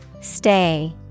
stay